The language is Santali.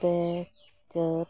ᱯᱮ ᱪᱟᱹᱛ